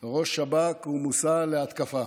ראש השב"כ הוא מושא להתקפה,